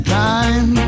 time